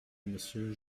monsieur